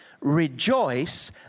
Rejoice